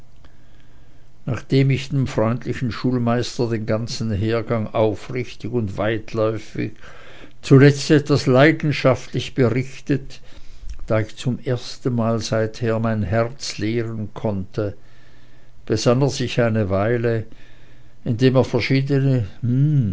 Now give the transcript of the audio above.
nachdem ich dem freundlichen schulmeister den ganzen hergang aufrichtig und weitläufig zuletzt etwas leidenschaftlich berichtet da ich zum ersten mal seither mein herz leeren konnte besann er sich eine weile indem er verschiedene